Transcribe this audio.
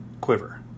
quiver